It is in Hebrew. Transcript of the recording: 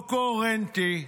לא קוהרנטי,